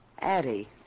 Addie